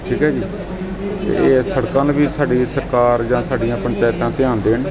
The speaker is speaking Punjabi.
ਠੀਕ ਹੈ ਜੀ ਅਤੇ ਇਹ ਹੈ ਸੜਕਾਂ ਵੱਲ ਵੀ ਸਾਡੀ ਸਰਕਾਰ ਜਾਂ ਸਾਡੀਆਂ ਪੰਚਾਇਤਾਂ ਧਿਆਨ ਦੇਣ